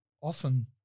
often